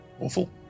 Awful